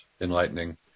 enlightening